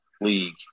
league